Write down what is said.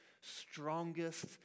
strongest